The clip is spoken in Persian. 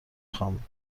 خوام